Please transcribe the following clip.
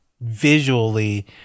visually